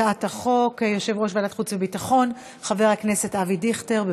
יציג את הצעת החוק יושב-ראש ועדת חוץ וביטחון חבר הכנסת אבי דיכטר.